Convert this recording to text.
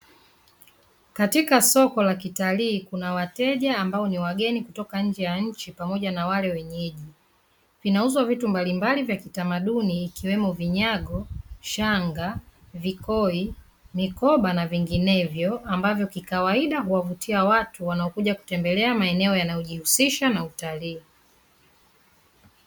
Katika soko la kitalii kuna wateja ambao ni wageni kutoka nje ya nchi pamoja na wale wenyeji, vinauzwa vitu mbalimbali vya kitamaduni ikiwemo vinyago, shanga, vikoi, mikoba na vinginevyo ambavyo kikawaida huwavutia watu wanaokuja kutembelea maeneo yanayojihusisha na utalii.